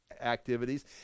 activities